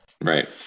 Right